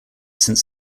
since